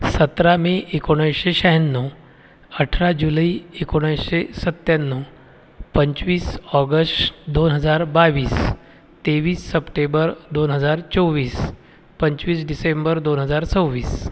सतरा मे एकोणाविश्शे शहाण्णव अठरा जुलै एकोणाविश्शे सत्त्याण्णव पंचवीस ऑगस्ट दोन हजार बावीस तेवीस सप्टेबर दोन हजार चोवीस पंचवीस डिसेंबर दोन हजार सव्वीस